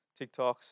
TikToks